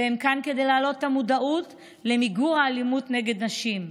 והם כאן כדי להעלות את המודעות למיגור האלימות נגד נשים.